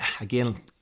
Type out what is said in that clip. again